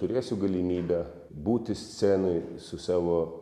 turėsiu galimybę būti scenoj su savo